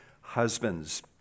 husbands